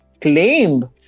claimed